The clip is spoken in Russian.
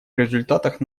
результатах